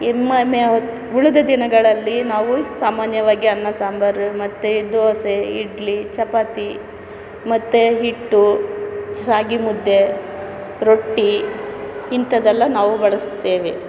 ಇನ್ನು ಮನೆ ಆವತ್ತು ಉಳಿದ ದಿನಗಳಲ್ಲಿ ನಾವು ಸಾಮಾನ್ಯವಾಗಿ ಅನ್ನ ಸಾಂಬಾರು ಮತ್ತೆ ದೋಸೆ ಇಡ್ಲಿ ಚಪಾತಿ ಮತ್ತೆ ಹಿಟ್ಟು ರಾಗಿ ಮುದ್ದೆ ರೊಟ್ಟಿ ಇಂಥದ್ದೆಲ್ಲ ನಾವು ಬಳಸುತ್ತೇವೆ